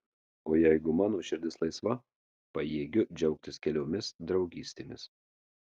o jeigu mano širdis laisva pajėgiu džiaugtis keliomis draugystėmis